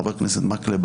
חבר הכנסת מקלב,